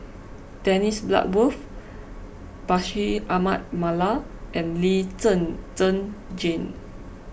Dennis Bloodworth Bashir Ahmad Mallal and Lee Zhen Zhen Jane